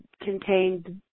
contained